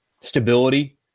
Stability